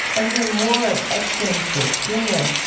and hear more of s. james gates, jr.